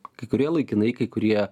kai kurie laikinai kai kurie